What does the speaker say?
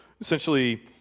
essentially